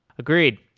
agreed.